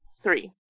Three